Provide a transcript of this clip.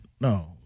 No